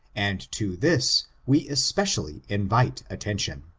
and to this, we especially invite attention.